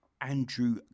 Andrew